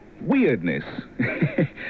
weirdness